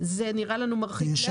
נראה לנו מרחיק לכת.